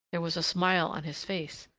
there was a smile on his face,